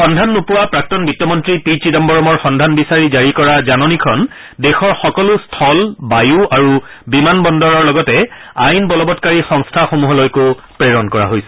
সন্ধান নোপোৱা প্ৰাক্তন বিত্তমন্তী পি চিদাম্বৰমৰ সন্ধান বিচাৰি জাৰি কৰা এখন জাননী দেশৰ সকলো স্থল বায়ু আৰু বিমান বন্দৰৰ লগতে আইন বলবৎকাৰী সংস্থাসমূহলৈকো প্ৰেৰণ কৰা হৈছে